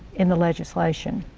in the legislation.